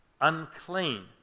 unclean